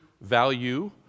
value